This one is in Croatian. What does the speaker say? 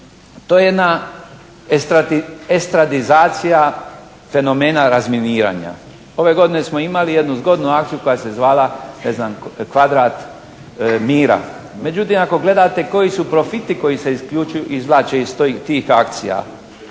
To je jedna estradizacija fenomena razminiranja. Ove godine smo imali jednu zgodnu akciju koja se zvala "Kvadrat mira", međutim ako gledate koji su profiti koji se izvlače iz tih akcija